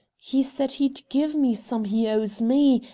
he said he'd give me some he owes me,